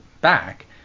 back